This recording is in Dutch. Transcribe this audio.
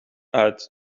uit